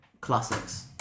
classics